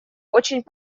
очень